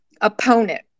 opponent